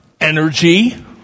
energy